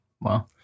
Wow